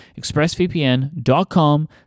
expressvpn.com